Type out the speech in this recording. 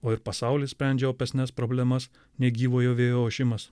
o ir pasaulis sprendžia opesnes problemas negyvojo vėjo ošimas